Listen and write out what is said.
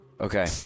Okay